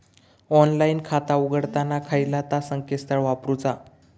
Online खाता उघडताना खयला ता संकेतस्थळ वापरूचा?